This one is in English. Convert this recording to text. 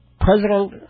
President